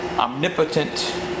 Omnipotent